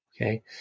Okay